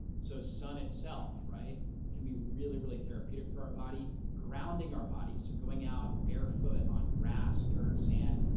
so sun itself right can be really, really therapeutic for our body, grounding our body so going out barefoot on grass, dirt, sand,